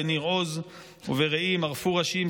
בניר עוז וברעים: ערפו ראשים,